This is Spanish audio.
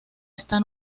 está